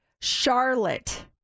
Charlotte